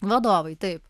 vadovai taip